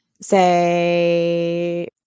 say